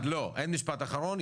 אין משפט אחרון,